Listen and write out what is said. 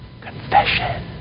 Confession